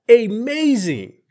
amazing